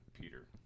Peter